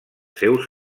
seus